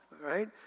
right